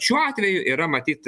šiuo atveju yra matyt